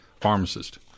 pharmacist